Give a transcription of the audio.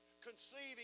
conceiving